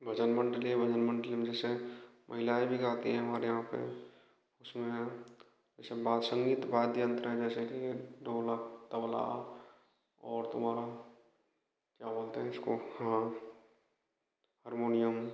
भजन मंडली भजन मंडली में जैसे महिलाऍं भी गाती हैं हमारे यहाँ पर उसमें जैसे बाल संगीत वाद्य यंत्र हैं जैसे कि ढोलक तबला और तुम्हारा क्या बोलते हैं उसको हाँ हारमोनियम